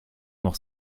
noch